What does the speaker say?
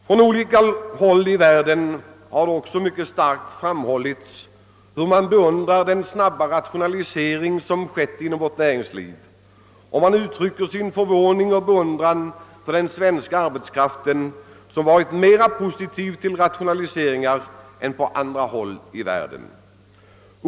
Från olika håll i världen har också mycket starkt framhållits, hur man beundrar den snabba rationalisering som skett inom vårt näringsliv, och man uttrycker sin förvåning och beundran för den svenska arbetskraften som varit mera positiv till rationaliseringar än vad man varit på andra håll i världen.